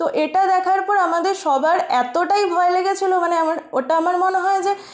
তো এটা দেখার পর আমাদের সবার এতটাই ভয় লেগেছিলো মানে আমার ওটা আমার মনে হয় যে